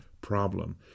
problem